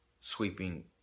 sweeping